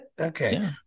Okay